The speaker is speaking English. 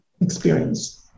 experience